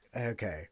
Okay